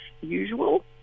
usual